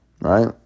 Right